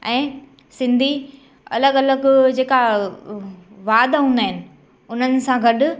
ऐं सिंधी अलॻि अलॻि जेका वाध हूंदा आहिनि उन्हनि सां गॾु